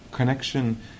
connection